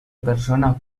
persona